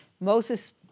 Moses